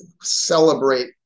celebrate